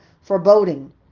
foreboding